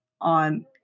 on